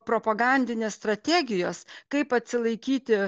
propagandinės strategijos kaip atsilaikyti